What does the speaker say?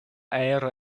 aero